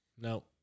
no